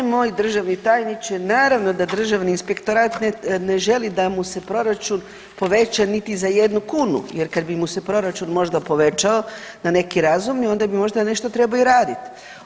E moj državni tajniče, naravno da Državni inspektorat ne želi da mu se Proračun poveća niti za jednu kunu, jer kad bi mu se proračun možda povećao na neki razumni, onda bi možda nešto morao i radit.